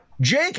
jake